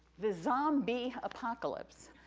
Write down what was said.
the zombie apocalypse.